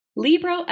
Libro